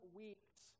weeks